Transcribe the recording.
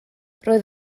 roedd